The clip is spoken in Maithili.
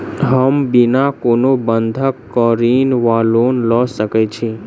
हम बिना कोनो बंधक केँ ऋण वा लोन लऽ सकै छी?